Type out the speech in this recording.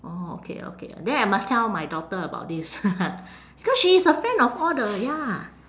orh okay okay then I must tell my daughter about this because she is a fan of all the ya